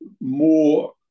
more